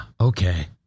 okay